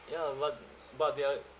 ya but but they are